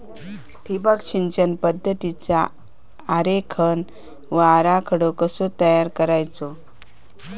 ठिबक सिंचन पद्धतीचा आरेखन व आराखडो कसो तयार करायचो?